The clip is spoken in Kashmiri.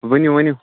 ؤنِو ؤنِو